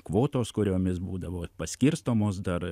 kvotos kuriomis būdavo paskirstomos dar